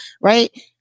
Right